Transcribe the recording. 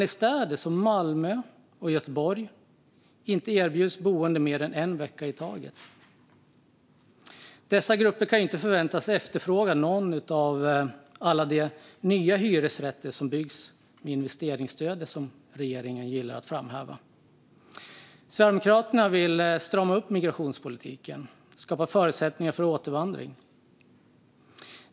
I städer som Malmö och Göteborg erbjuds man inte boende mer än en vecka i taget. Dessa grupper kan inte förväntas efterfråga någon av alla de nya hyresrätter som byggs med investeringsstödet som regeringen gillar att framhäva. Sverigedemokraterna vill strama upp migrationspolitiken och skapa förutsättningar för återvandring.